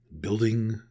building